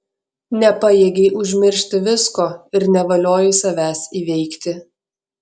nepajėgei užmiršti visko ir nevaliojai savęs įveikti